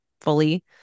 fully